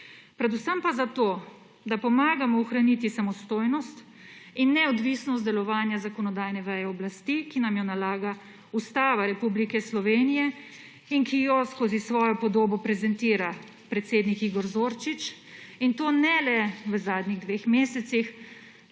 Predvsem pa zato, da pomagamo ohraniti samostojnost in neodvisnost delovanja zakonodajne veje oblasti, ki nam jo nalaga Ustava Republike Slovenije in ki jo skozi svojo podobo prezentira predsednik Igor Zorčič, in to ne le v zadnjih dveh mesecih,